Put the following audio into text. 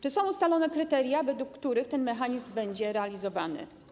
Czy są ustalone kryteria, według których ten mechanizm będzie realizowany?